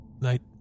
night